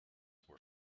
were